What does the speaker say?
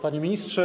Panie Ministrze!